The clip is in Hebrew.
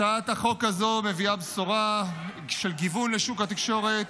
הצעת החוק הזו מביאה בשורה של גיוון לשוק התקשורת